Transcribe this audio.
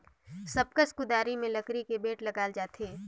सब कस कुदारी मे लकरी कर बेठ लगाल जाथे